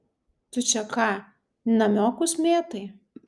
tu čia ką namiokus mėtai